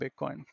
Bitcoin